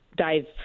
dive